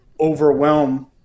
overwhelm